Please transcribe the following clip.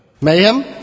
Mayhem